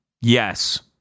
yes